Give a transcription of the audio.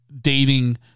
dating